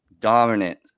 dominant